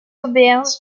auberges